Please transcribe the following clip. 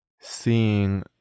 seeing